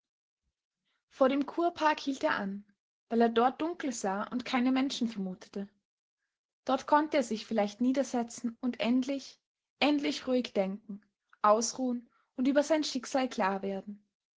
vor dem kurpark hielt er an weil er dort dunkel sah und keine menschen vermutete dort konnte er sich vielleicht niedersetzen und endlich endlich ruhig denken ausruhen und über sein schicksal klar werden